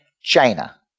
China